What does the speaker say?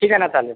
ठीक आहे ना चालेल